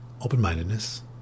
open-mindedness